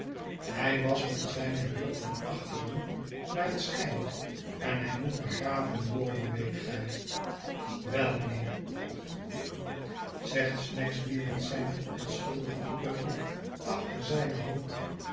hij was met zijne huur ten achteren naar het schijnt en hij moet begraven worden weet gij wel mijnheer zegt snagsby met zijn verontschuldigend kuchje achter zijne hand